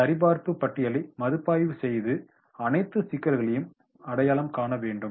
சரிபார்ப்பு பட்டியலை மதிப்பாய்வு செய்து அனைத்து சிக்கல்களையும் அடையாளம் காண வேண்டும்